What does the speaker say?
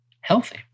healthy